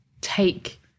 take